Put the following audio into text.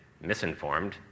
misinformed